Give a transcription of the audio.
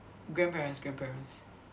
grandparents grandparents